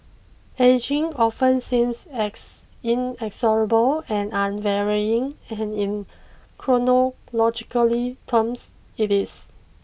ageing often seems ex inexorable and unvarying and in chronologically terms it is